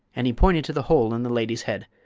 and he pointed to the hold in the lady's head.